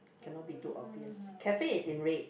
cannot be too obvious cafe is in red